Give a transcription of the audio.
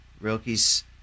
Rilke's